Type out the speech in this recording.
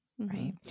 Right